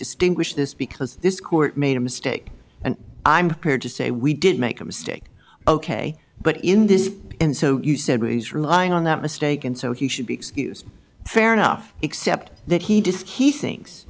distinguish this because this court made a mistake and i'm here to say we did make a mistake ok but in this in so you said raise relying on that mistake and so he should be excused fair enough except that he disc he thinks